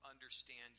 understand